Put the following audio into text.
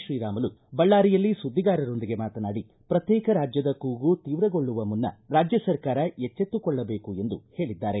ಶ್ರೀರಾಮುಲು ಬಳ್ಳಾರಿಯಲ್ಲಿ ಸುದ್ದಿಗಾರರೊಂದಿಗೆ ಮಾತನಾಡಿ ಪ್ರತ್ಯೇಕ ರಾಜ್ಯದ ಕೂಗು ತೀವ್ರಗೊಳ್ಳುವ ಮನ್ನ ರಾಜ್ಯ ಸರ್ಕಾರ ಎಚ್ಚಿತ್ತುಕೊಳ್ಳಬೇಕು ಎಂದು ಹೇಳದ್ದಾರೆ